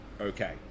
okay